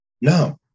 no